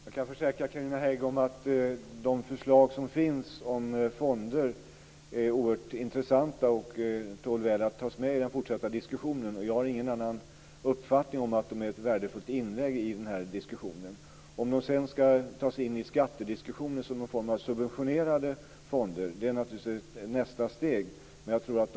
Herr talman! Jag kan försäkra Carina Hägg om att de förslag som finns om fonder är oerhört intressanta och tål att tas med i den fortsatta diskussionen. Jag har ingen annan uppfattning än att de är ett värdefullt inlägg i den här diskussionen. Nästa steg skulle naturligtvis vara om detta sedan skulle tas med i skattediskussionen som någon form av subventionerade fonder. Men jag tror att